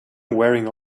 wearing